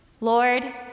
Lord